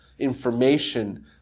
information